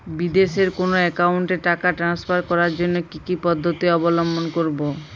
বিদেশের কোনো অ্যাকাউন্টে টাকা ট্রান্সফার করার জন্য কী কী পদ্ধতি অবলম্বন করব?